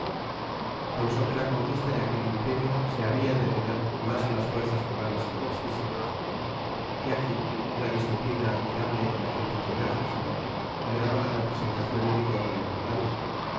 pensó que la conquista de aquel imperio se habla de más a las fuerzas morales que a las físicas de aquí una disciplina admirable en aquel pequeño ejército que le daba la representaclon y vigor de uno grande